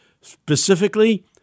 Specifically